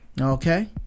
Okay